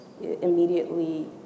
immediately